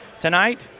Tonight